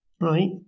right